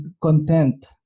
content